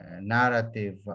narrative